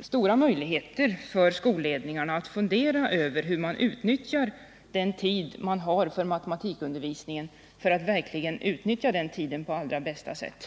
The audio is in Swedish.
stora möjligheter för skolledningarna att fundera över hur man bör utnyttja den tid som man har för matematikundervisningen för att verkligen kunna utnyttja den tiden på det allra bästa sättet.